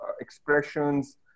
expressions